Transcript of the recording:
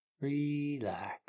relax